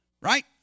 Right